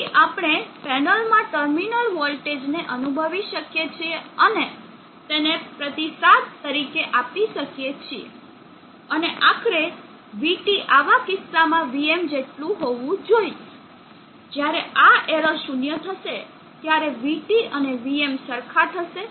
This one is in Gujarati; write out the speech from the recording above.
તેથી આપણે પેનલમાં ટર્મિનલ વોલ્ટેજ ને અનુભવી શકીએ છીએ અને તેને પ્રતિસાદ તરીકે આપી શકીએ છીએ અને આખરે vT આવા કિસ્સામાં vm જેટલું હોવું જોઈએ જ્યારે આ એરર શૂન્ય થશે ત્યારે vT અને vm સરખા થશે